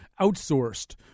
outsourced